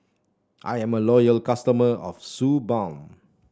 I am a loyal customer of Suu Balm